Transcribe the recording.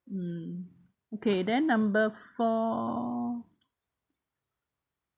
mm okay then number four